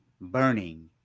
burning